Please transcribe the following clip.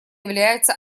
является